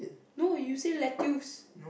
no you say lettuce